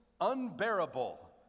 unbearable